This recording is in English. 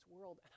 world